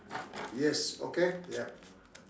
yes okay yup